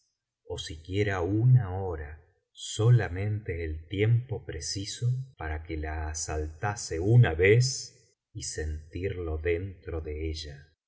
mes ó siquiera una hora solamente el tiempo preciso para que la asaltase una vez y sentirlo dentro de ella